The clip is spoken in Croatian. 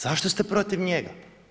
Zašto ste protiv njega?